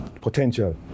potential